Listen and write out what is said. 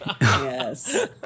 Yes